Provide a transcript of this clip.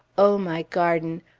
o my garden!